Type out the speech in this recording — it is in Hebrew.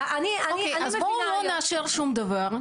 אוקי, אז בואו לא נאשר שום דבר.